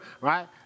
right